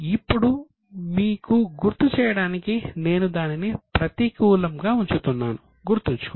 ఇప్పుడు మీకు గుర్తు చేయడానికి నేను దానిని ప్రతికూలంగా ఉంచుతున్నాను గుర్తుంచుకోండి